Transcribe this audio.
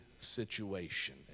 situation